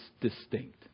distinct